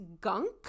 gunk